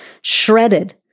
shredded